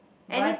but